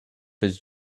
his